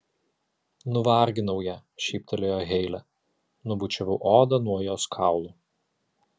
nuvarginau ją šyptelėjo heile nubučiavau odą nuo jos kaulų